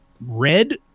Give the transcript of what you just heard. red